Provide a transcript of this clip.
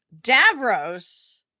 davros